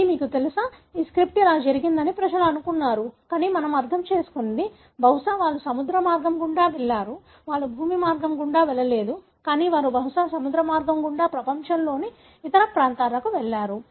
ఇది మీకు తెలుసా ఈ స్ట్రిప్ ఇలా జరిగిందని ప్రజలు అనుకున్నారు కానీ మనం అర్థం చేసుకున్నది బహుశా వారు సముద్ర మార్గం గుండా వెళ్లారు వారు భూమి మార్గం గుండా వెళ్ళలేదు కానీ వారు బహుశా సముద్ర మార్గం గుండా ప్రపంచంలోని ఇతర ప్రాంతాలకు వెళ్లారు